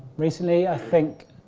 recently. i think.